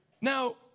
Now